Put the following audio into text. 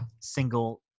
single